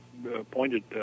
Pointed